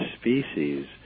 species